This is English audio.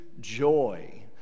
joy